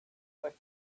but